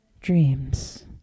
dreams